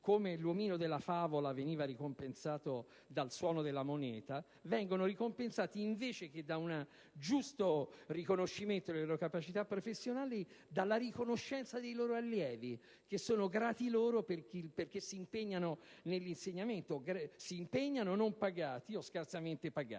Come l'omino della favola veniva ricompensato dal suono della moneta, gli insegnanti precari, invece che da un giusto riconoscimento delle loro capacità professionali, vengono ricompensati dalla riconoscenza dei loro allievi, che sono grati loro perché si impegnano nell'insegnamento pur non pagati o scarsamente pagati.